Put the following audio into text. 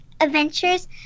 Adventures